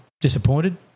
disappointed